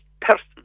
person